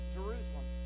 Jerusalem